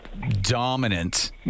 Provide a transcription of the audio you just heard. dominant